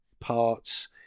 parts